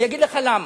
אני אגיד לך למה.